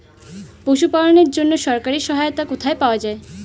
পশু পালনের জন্য সরকারি সহায়তা কোথায় পাওয়া যায়?